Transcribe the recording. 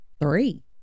Three